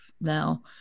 now